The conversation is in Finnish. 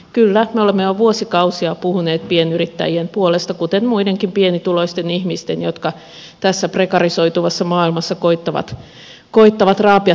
kyllä me olemme jo vuosikausia puhuneet pienyrittäjien puolesta kuten muidenkin pienituloisten ihmisten jotka tässä prekarisoituvassa maailmassa koettavat raapia toimeentulonsa kasaan